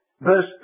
verse